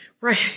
Right